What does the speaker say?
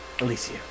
Alicia